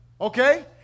Okay